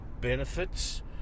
benefits